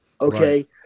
okay